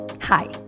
Hi